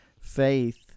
faith